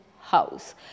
house